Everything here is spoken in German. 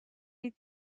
die